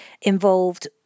involved